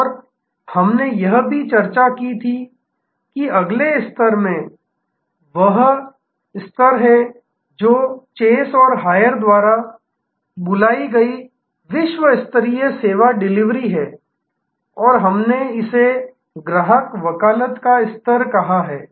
और हमने यह भी चर्चा की थी कि अगले स्तर में यह वह स्तर है जो चेस और हायेस द्वारा बुलाई गई विश्व स्तरीय सेवा डिलीवरी है और हमने इसे ग्राहक वकालत स्तर कहा है